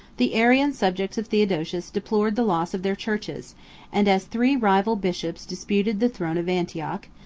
the arian subjects of theodosius deplored the loss of their churches and as three rival bishops disputed the throne of antioch,